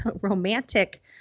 romantic